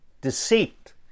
deceit